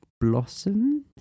blossoms